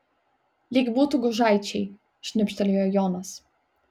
lyg būtų gužaičiai šnibžtelėjo jonas